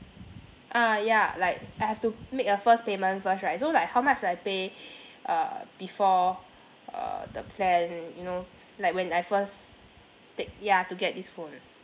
ah ya like I have to make a first payment first right so like how much should I pay uh before uh the plan you know like when I first take ya to get this phone